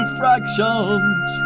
fractions